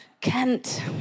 Kent